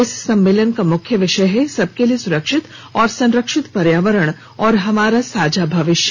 इस सम्मेलन का मुख्य विषय है सबके लिए सुरक्षित और संरक्षित पर्यावरण और हमारा साझा भविष्य